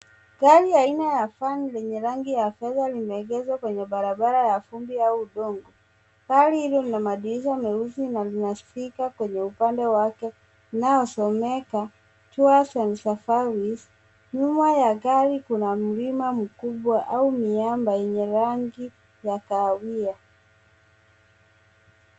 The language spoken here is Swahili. Gari aina ya Vani lenye rangi ya fedha limeegeshwa kwenye barabara ya vumbi au udongo. Gari hilo lina madirisha meusi na lina stika kwenye upande wake inayosomeka tours and safaris . Nyuma ya gari kuna mlima mkubwa au miamba yenye rangi ya kahawia.